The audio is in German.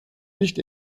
nicht